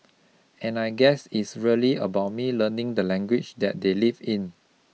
and I guess it's really about me learning the language that they live in